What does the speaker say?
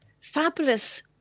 fabulous